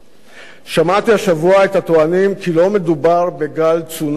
שמעתי השבוע את הטוענים כי לא מדובר בגל צונאמי של פיטורים.